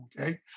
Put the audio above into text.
okay